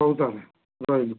ହଉ ତାହେଲେ ମୁଁ ରହିଲି ତାହେଲେ